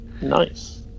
Nice